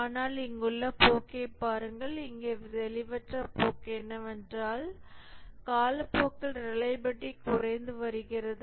ஆனால் இங்குள்ள போக்கைப் பாருங்கள் இங்கே தெளிவற்ற போக்கு என்னவென்றால் காலப்போக்கில் ரிலையபிலிடி குறைந்து வருகிறது